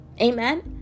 Amen